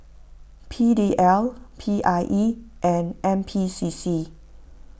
P D L P I E and N P C C